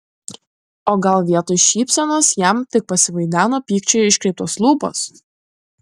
o gal vietoj šypsenos jam tik pasivaideno pykčio iškreiptos lūpos